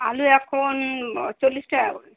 আলু এখন চল্লিশ টাকা করে